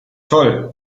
toll